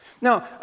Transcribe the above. Now